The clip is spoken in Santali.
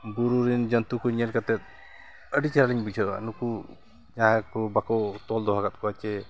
ᱵᱩᱨᱩ ᱨᱮᱱ ᱡᱚᱱᱛᱩ ᱠᱚ ᱧᱮᱞ ᱠᱟᱛᱮᱫ ᱟᱹᱰᱤ ᱪᱮᱦᱨᱟ ᱞᱤᱧ ᱵᱩᱡᱷᱟᱹᱣᱟ ᱱᱩᱠᱩ ᱡᱟᱦᱟᱸᱭ ᱠᱚ ᱵᱟᱠᱚ ᱛᱚᱞ ᱫᱚᱦᱚᱣ ᱠᱟᱫ ᱠᱚᱣᱟ ᱥᱮ